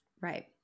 Right